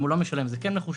אם הוא לא משלם זה כן מחושב.